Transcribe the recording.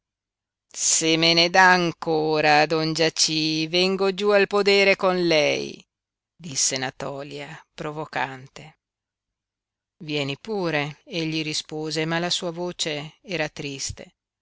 se me ne dà ancora don giací vengo giú al podere con lei disse natòlia provocante vieni pure egli rispose ma la sua voce era triste